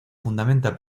fundamenta